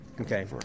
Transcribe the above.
Okay